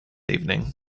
evening